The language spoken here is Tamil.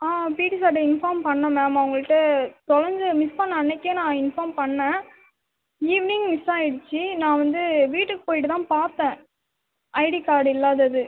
ஆ பிட்டி சாருகிட்ட இன்ஃபார்ம் பண்ணேன் மேம் அவங்கள்ட்ட தொலைஞ்ச மிஸ் பண்ண அன்னைக்கே இன்ஃபார்ம் பண்ணேன் ஈவ்னிங் மிஸ் ஆயிடுச்சு நான் வந்து வீட்டுக்கு போய்டுவிட்டு தான் பாத்தேன் ஐடி கார்டு இல்லாதது